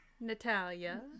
Natalia